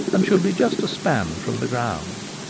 and should be just a span from the ground.